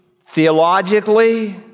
Theologically